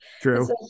True